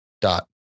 dot